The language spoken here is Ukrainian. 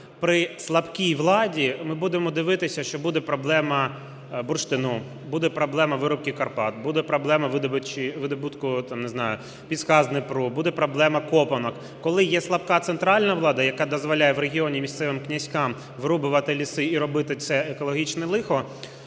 при слабкій владі ми будемо дивитися, що буде проблема бурштину, буде проблема вирубки Карпат, буде проблема видобутку, там, не знаю, піску з Дніпра, буде проблема копанок. Коли є слабка центральна влада, яка дозволяє в регіоні місцевим князькам вирубувати ліси і робити це екологічне лихо,